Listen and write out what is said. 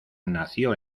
nació